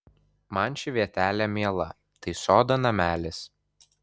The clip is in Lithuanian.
man ši vietelė miela tai sodo namelis